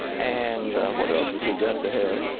and what else has he got to have?